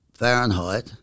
Fahrenheit